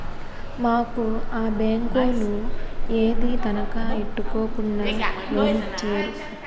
మాకు ఆ బేంకోలు ఏదీ తనఖా ఎట్టుకోకుండా లోనిచ్చేరు